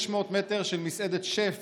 600 מטר של מסעדת שף